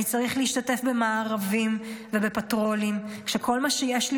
אני צריך להשתתף במארבים ובפטרולים כשכל מה שיש לי